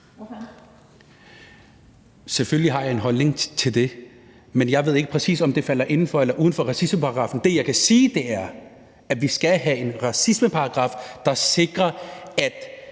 Selvfølgelig har jeg en holdning til det, men jeg ved ikke, om det præcis falder inden for eller uden for racismeparagraffen. Det, jeg kan sige, er, at vi skal have en racismeparagraf, f.eks. i